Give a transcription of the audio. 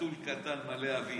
חתלתול קטן מלא אוויר.